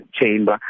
chamber